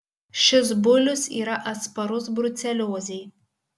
šis bulius yra atsparus bruceliozei